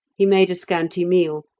he made a scanty meal,